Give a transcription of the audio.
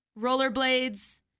Rollerblades